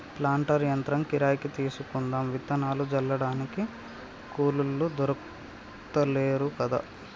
planter యంత్రం కిరాయికి తీసుకుందాం విత్తనాలు జల్లడానికి కూలోళ్లు దొర్కుతలేరు కదా